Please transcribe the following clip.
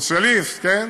סוציאליסט, כן?